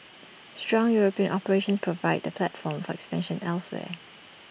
strong european operations provide the platform for expansion elsewhere